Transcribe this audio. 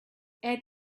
herd